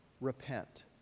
Repent